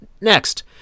Next